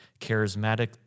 charismatic